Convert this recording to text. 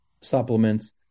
supplements